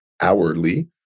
hourly